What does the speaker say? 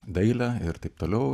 dailę ir taip toliau